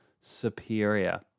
superior